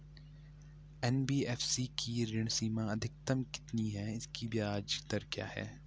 NBFC की ऋण सीमा अधिकतम कितनी है इसकी ब्याज दर क्या है?